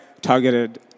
targeted